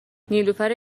نیلوفر